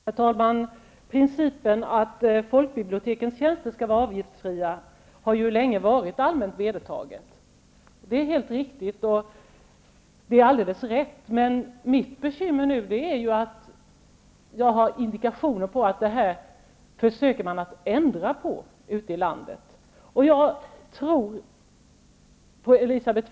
Herr talman! Principen att folkbibliotekens tjänster skall vara avgiftsfria har länge varit allmänt vedertagen. Det är alldeles rätt och riktigt. Men mitt bekymmer nu är att jag har indikationer på att man försöker ändra på det här ute i landet.